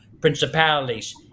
principalities